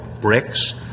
bricks